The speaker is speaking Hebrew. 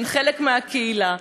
אבל שופט במדינת ישראל,